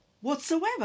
whatsoever